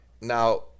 Now